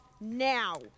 now